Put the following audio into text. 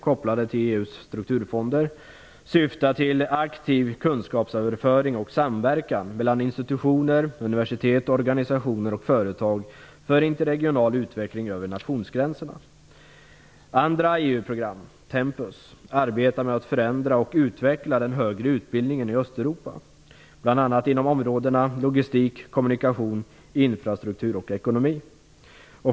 kopplade till EU:s strukturfonder, syftar till aktiv kunskapsöverföring och samverkan mellan institutioner, universitet, organisationer och företag för interregional utveckling över nationsgränserna. Andra EU-program, Tempus, arbetar med att förändra och utveckla den högre utbildningen i Östeuropa, bl.a. inom områdena logistik, kommunikation, infrastruktur och ekonomi.